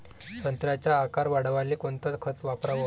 संत्र्याचा आकार वाढवाले कोणतं खत वापराव?